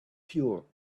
pure